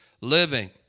living